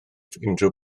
unrhyw